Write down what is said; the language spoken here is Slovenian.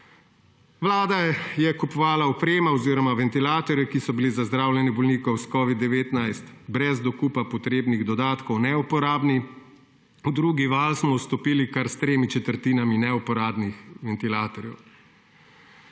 Vlada je kupovala opremo oziroma ventilatorje, ki so bili za zdravljenje bolnikov s covidom-19 brez dokupa potrebnih dodatkov neuporabni. V drugi val smo vstopili kar s tremi četrtinami neuporabnih ventilatorjev.